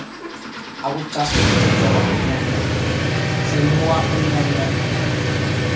ᱟᱵᱚ ᱪᱟᱥ ᱦᱚᱛᱮᱛᱮ ᱡᱚᱢᱟᱜ ᱵᱚᱱ ᱧᱟᱢ ᱮᱫᱟ ᱥᱮ ᱧᱩᱣᱟᱜ ᱵᱚᱱ ᱧᱟᱢ ᱮᱫᱟ